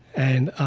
and,